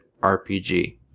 RPG